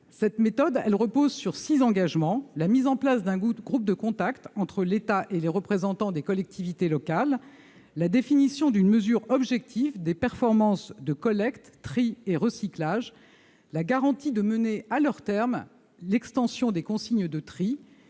Cette méthode repose sur six engagements : la mise en place d'un groupe de contact entre l'État et les représentants des collectivités locales ; la définition d'une mesure objective des performances de collecte, de tri et de recyclage ; la garantie de mener à son terme l'extension des consignes de tri